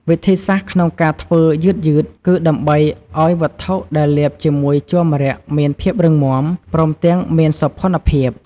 វិធីសាស្ត្រក្នុងការធ្វើយឺតៗគឺដើម្បីធ្វើឱ្យវត្ថុដែលលាបជាមួយជ័រម្រ័ក្សណ៍មានភាពរឹងមាំ ព្រមទាំងមានសោភ័ណភាព។